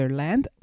land